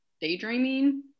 daydreaming